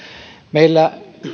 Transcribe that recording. meillä